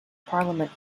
parliament